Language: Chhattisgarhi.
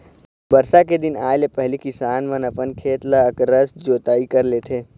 बरसा के दिन आए ले पहिली किसान मन अपन खेत ल अकरस जोतई कर लेथे